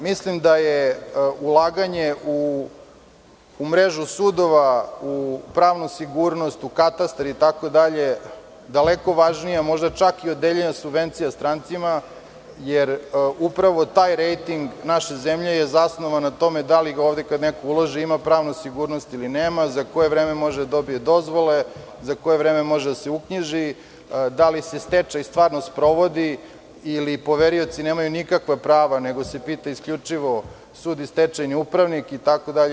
Mislim da je ulaganje u mrežu sudova, u pravnu sigurnost, u katastar, daleko važnije, čak i od deljenja subvencija strancima, jer upravo taj rejting naše zemlje je zasnovan na tome da li ovde neko ko ulaže ima pravnu sigurnost ili ne, za koje vreme može da dobije dozvole, za koje vreme može da se uknjiži, da li se stečaj stvarno sprovodi ili poverioci nemaju nikakva prava, nego se pita isključivo sud i stečajni upravnik, itd.